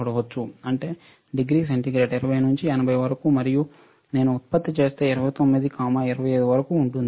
అంటే degree centigrade 20 నుండి 80 వరకు మరియు నేను ఉత్పత్తి చేస్తే 29 25 వరకు ఉంటుంది